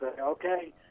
okay